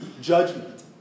Judgment